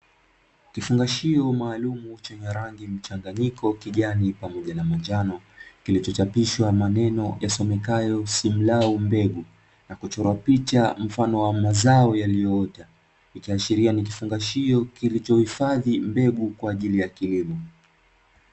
Kifungashio maalumu chenye rangi mchanganyiko, kijani pamoja na manjano, kilichochapishwa maneno yasomekayo "SIMLAW MBEGU" na kuchorwa picha mfano wa mazao yaliyoota, ikiashiria ni kifungashio kilichohifadhi mbegu kwa ajili ya kilimo.